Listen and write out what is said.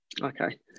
Okay